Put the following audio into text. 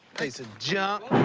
piece of junk!